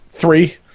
Three